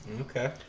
Okay